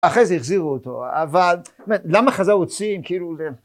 אחרי זה החזירו אותו, אבל למה חזרו את סיים כאילו.